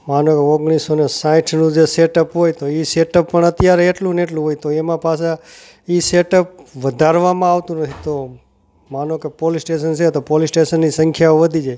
માનો ઓગણીસોને સાહીઠનો જે સેટઅપ હોય તો એ સેટઅપ પણ અત્યારે એટલું ને એટલું હોય તો એમાં પાછા એ સેટઅપ વધારવામાં આવતું નથી તો માનો કે પોલીસ સ્ટેશન છે તો પોલીસ સ્ટેશનની સંખ્યા વધી જાય